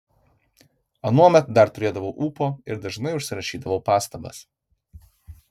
anuomet dar turėdavau ūpo ir dažnai užsirašydavau pastabas